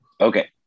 Okay